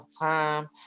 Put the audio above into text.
time